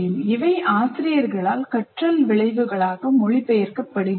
இவை ஆசிரியர்களால் கற்றல் விளைவுகளாக மொழிபெயர்க்கப்படுகின்றன